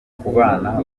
kubana